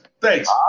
Thanks